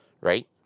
right